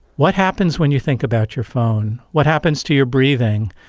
what happens when you think about your phone, what happens to your breathing?